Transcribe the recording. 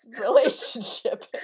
relationship